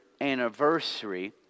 anniversary